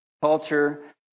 culture